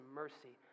mercy